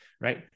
right